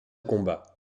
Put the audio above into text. combats